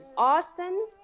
Austin